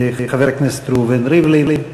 חבר הכנסת ראובן ריבלין.